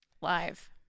live